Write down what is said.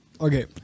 okay